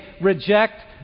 reject